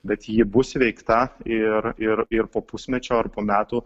bet ji bus įveikta ir ir ir po pusmečio ar po metų